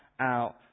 out